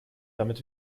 damit